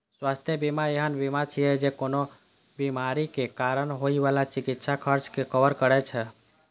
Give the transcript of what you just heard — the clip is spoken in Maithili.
स्वास्थ्य बीमा एहन बीमा छियै, जे कोनो बीमारीक कारण होइ बला चिकित्सा खर्च कें कवर करै छै